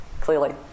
clearly